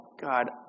God